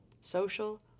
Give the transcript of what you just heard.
social